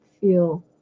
feel